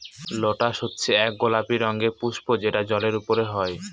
lotus হচ্ছে এক গোলাপি রঙের পুস্প যেটা জলের ওপরে হয়